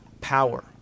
power